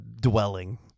dwelling